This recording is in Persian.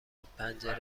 بود، پنجره